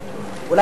שקל או דולר?